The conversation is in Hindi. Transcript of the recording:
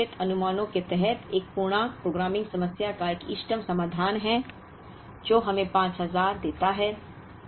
यह एक निश्चित अनुमानों के तहत एक पूर्णांक प्रोग्रामिंग समस्या का एक इष्टतम समाधान है जो हमें 5000 देता है